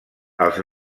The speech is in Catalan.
els